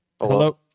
Hello